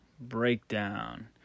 Breakdown